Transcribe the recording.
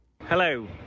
Hello